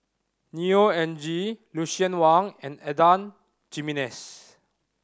Neo Anngee Lucien Wang and Adan Jimenez